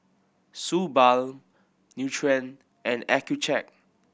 Suu Balm Nutren and Accucheck